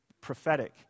prophetic